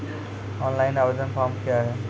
Online आवेदन form क्या हैं?